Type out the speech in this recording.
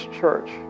church